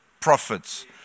prophets